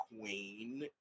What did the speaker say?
Queen